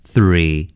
Three